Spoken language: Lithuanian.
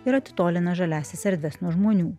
ir atitolina žaliąsias erdves nuo žmonių